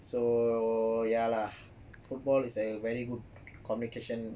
so ya lah football is a very good communication